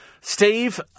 Steve